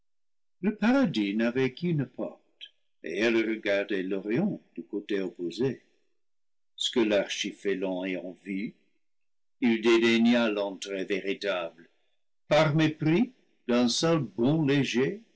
le paradis n'avait qu'une porte et elle regardait l'orient du côté opposé ce que l'archifélon ayant vu il dédaigna l'entrée véritable par mépris d'un seul bond léger